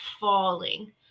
falling